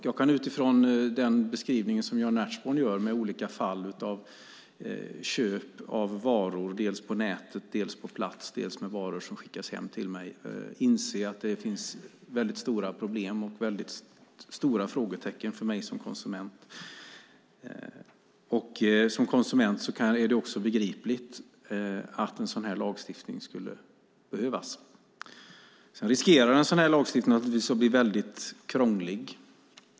Jag kan utifrån den beskrivning som Jan Ertsborn gjorde av olika fall av köp av varor, dels på nätet, dels på plats, dels av varor som skickas hem till mig, inse att det finns väldigt stora problem och frågetecken för mig som konsument. Som konsument är det också begripligt att en sådan här lagstiftning skulle behövas. Sedan riskerar den naturligtvis att bli väldigt krånglig.